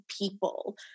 people